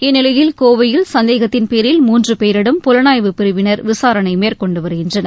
இந்நிலையில் கோவையில் சந்தேகத்தின் பேரில் மூன்று பேரிடம் புலனாய்வுப் பிரிவினர் விசாரணை மேற்கொண்டு வருகின்றனர்